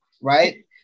right